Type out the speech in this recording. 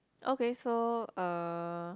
okay so uh